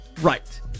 Right